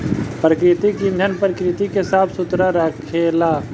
प्राकृतिक ईंधन प्रकृति के साफ सुथरा रखेला